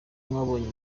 wabonye